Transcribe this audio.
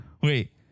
Wait